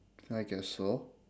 I guess so